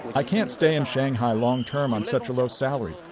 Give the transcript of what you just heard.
i can't stay in shanghai long term on such a low salary.